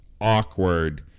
awkward